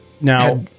now